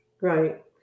Right